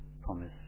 promise